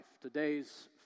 Today's